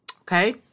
Okay